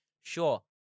sure